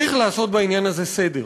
צריך לעשות בעניין הזה סדר,